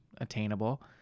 attainable